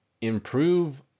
improve